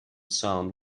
sound